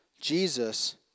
Jesus